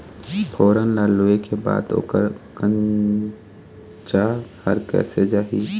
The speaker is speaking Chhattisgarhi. फोरन ला लुए के बाद ओकर कंनचा हर कैसे जाही?